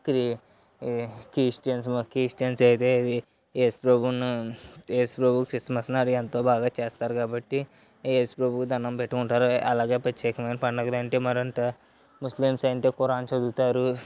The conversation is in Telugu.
ఇది కిష్టి కిష్టి క్రిస్టియన్స్ అయితే ఇది ఏసుప్రభుని ఏసుప్రభు క్రిస్మస్ నాడు ఎంతో బాగా చేస్తారు కాబట్టి ఏసుప్రభుకి దండం పెట్టుకుంటారు అలాగే ప్రత్యేకంగా పండుగలు అంటే మరింత ముస్లిమ్స్ అయితే కురాన్ చదువుతారు